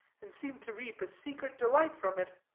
and seemed to reap a secret delight from it,